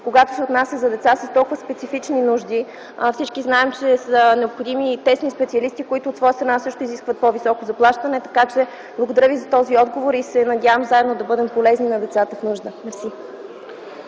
когато се отнася за деца с толкова специфични нужди всички знаем, че са необходими тесни специалисти, които от своя страна също изискват по-високо заплащане. Благодаря Ви за този отговор и се надявам заедно да бъдем полезни на децата в нужда.